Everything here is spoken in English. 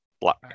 Black